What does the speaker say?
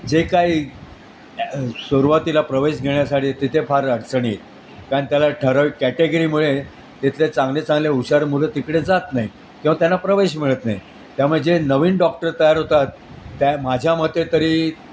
जे काही सुरुवातीला प्रवेश घेण्यासाठी तिथे फार अडचणी येत कारण त्याला ठरवीक कॅटेगरीमुळे तेथले चांगले चांगले हुशार मुलं तिकडे जात नाही किंवा त्यांना प्रवेश मिळत नाही त्यामुळे जे नवीन डॉक्टर तयार होतात त्या माझ्या मते तरी